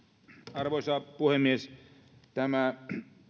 arvoisa puhemies tämä